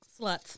sluts